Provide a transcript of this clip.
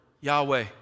Yahweh